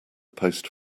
post